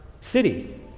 city